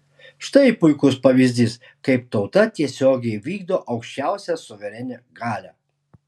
štai puikus pavyzdys kaip tauta tiesiogiai vykdo aukščiausią suverenią galią